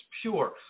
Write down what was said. pure